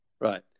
right